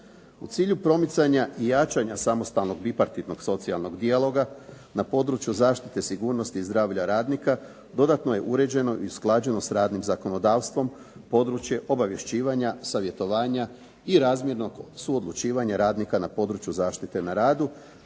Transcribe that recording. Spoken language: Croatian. U cilju promicanja i jačanja samostalnog bipartitnog socijalnog dijaloga na području zaštite sigurnosti i zdravlja radnika dodatno je uređeno i usklađeno sa radnim zakonodavstvom područje obavješćivanja, savjetovanja i razmjernog suodlučivanja na području zaštite na radu